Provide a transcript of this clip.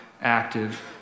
active